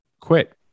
quit